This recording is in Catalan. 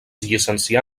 llicencià